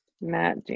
Matt